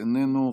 איננו,